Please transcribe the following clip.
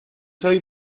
soy